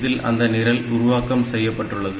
இதில் அந்த நிரல் உருவாக்கம் செய்யப்பட்டுள்ளது